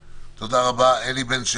אני חושב שזאת בשורה גדולה